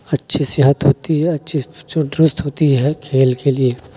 اچھی صحت ہوتی ہے اچھی ہوتی ہے کھیل کے لیے